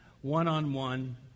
one-on-one